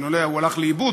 אולי הוא הלך לאיבוד,